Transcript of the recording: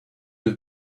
have